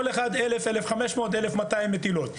כל אחד 1000-1500 מטילות.